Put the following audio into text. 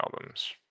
albums